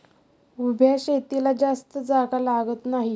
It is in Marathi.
उभ्या शेतीला जास्त जागा लागत नाही